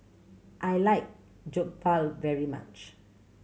I like Jokbal very much